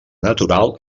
natural